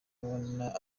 neza